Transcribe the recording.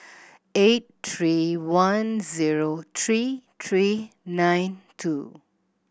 eight three one zero three three nine two